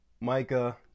Micah